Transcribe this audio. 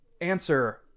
answer